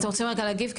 אתם רוצים רגע להגיב?